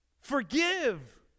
Forgive